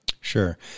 Sure